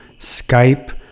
Skype